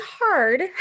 hard